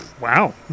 wow